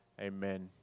amen